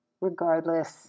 regardless